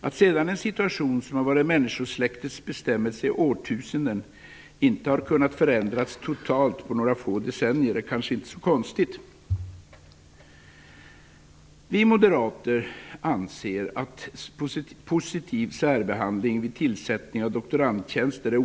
Att sedan en situation som har varit människosläktets bestämmelse i årtusenden inte har kunnat förändras totalt på några få decennier är kanske inte så konstigt. Vi moderater anser att det är olämpligt att positivt särbehandla kvinnor vid tillsättning av doktorandtjänster.